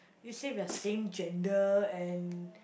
you say you are same gender and